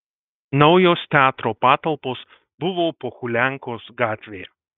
naujos teatro patalpos buvo pohuliankos gatvėje